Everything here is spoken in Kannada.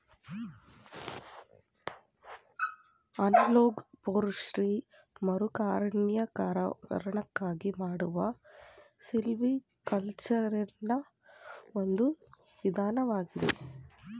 ಅನಲೋಗ್ ಫೋರೆಸ್ತ್ರಿ ಮರುಅರಣ್ಯೀಕರಣಕ್ಕಾಗಿ ಮಾಡುವ ಸಿಲ್ವಿಕಲ್ಚರೆನಾ ಒಂದು ವಿಧಾನವಾಗಿದೆ